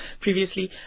previously